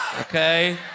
Okay